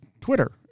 Twitter